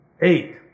Eight